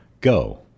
Go